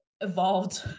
evolved